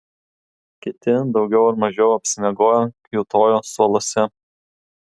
kiti daugiau ar mažiau apsimiegoję kiūtojo suoluose